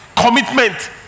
commitment